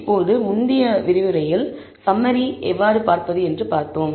இப்போது முந்தைய விரிவுரையில் சம்மரி எவ்வாறு பார்ப்பது என்று பார்த்தோம்